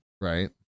Right